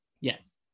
Yes